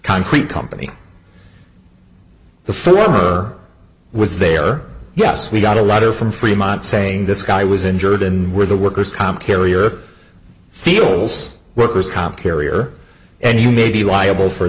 concrete company the former was there yes we got a lot of from freemont saying this guy was injured and where the workers comp carrier feels worker's comp carrier and you may be liable for